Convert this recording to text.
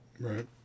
right